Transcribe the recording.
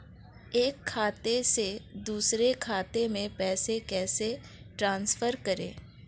एक खाते से दूसरे खाते में पैसे कैसे ट्रांसफर करें?